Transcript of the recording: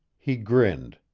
he grinned.